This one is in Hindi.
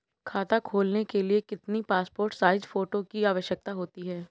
खाता खोलना के लिए कितनी पासपोर्ट साइज फोटो की आवश्यकता होती है?